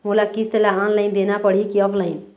मोला किस्त ला ऑनलाइन देना पड़ही की ऑफलाइन?